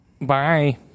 bye